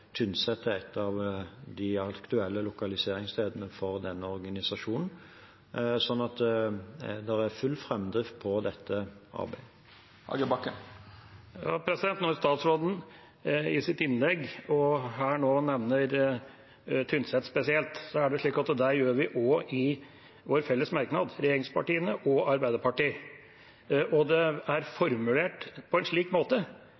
Tynset er et av de aktuelle lokaliseringsstedene for denne organisasjonen. Så det er full framdrift på dette arbeidet. Statsråden nevner i sitt innlegg, og nå her, Tynset spesielt, og det gjør vi også i den felles merknaden fra regjeringspartiene og Arbeiderpartiet. Når det er formulert på en slik måte,